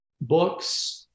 books